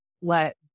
let